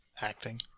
acting